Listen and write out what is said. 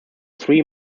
three